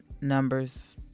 numbers